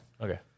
Okay